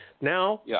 Now